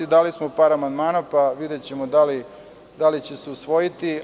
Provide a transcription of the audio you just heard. Dali smo par amandmana, pa videćemo da li će se usvojiti.